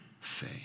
say